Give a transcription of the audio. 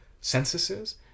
censuses